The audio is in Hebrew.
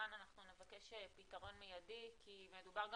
כאן אנחנו נבקש פתרון מידי כי מדובר גם